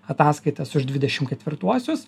ataskaitas už dvidešim ketvirtuosius